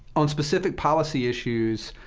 on specific policy issues,